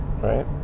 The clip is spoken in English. right